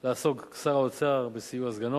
לעסוק שר האוצר בסיוע סגנו.